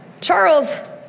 Charles